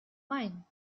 meinen